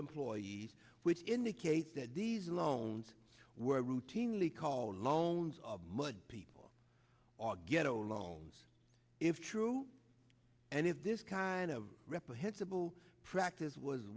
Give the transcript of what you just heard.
employees which indicate that these loans were routinely call loans of mud people or get old loans if true and if this kind of reprehensible practice was